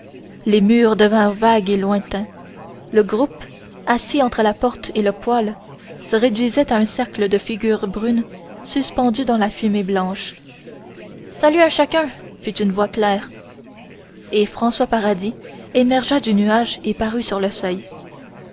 les murs devinrent vagues et lointains le groupe assis entre la porte et le poêle se réduisit à un cercle de figures brunes suspendues dans la fumée blanche salut un chacun fit une voix claire et françois paradis émergea du nuage et parut sur le seuil